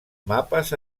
mapes